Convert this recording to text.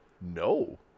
No